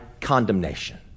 condemnation